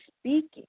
speaking